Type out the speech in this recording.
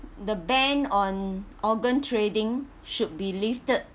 the ban on organ trading should be lifted